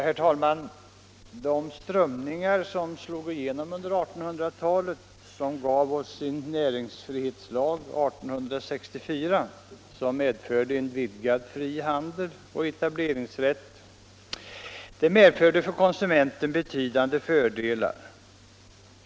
Herr talman! De strömningar som slog igenom under 1800-talet och gav oss en näringsfrihetslag 1864 medförde en vidgad fri handel och etableringsrätt. Detta medförde för konsumenten betydande fördelar.